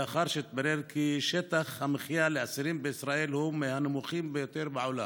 לאחר שהתברר כי שטח המחיה לאסירים בישראל הוא מהנמוכים ביותר בעולם,